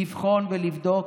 לבחון ולבדוק